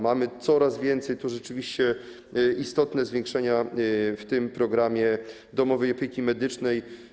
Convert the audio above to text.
Mamy tego coraz więcej, są rzeczywiście istotne zwiększenia w tym programie domowej opieki medycznej.